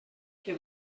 que